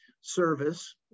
service